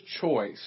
choice